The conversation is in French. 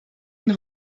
une